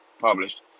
published